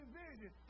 vision